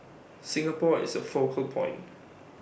Singapore is A focal point